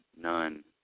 none